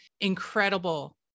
incredible